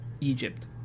Egypt